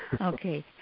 Okay